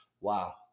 wow